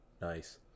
Nice